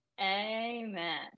amen